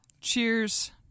cheers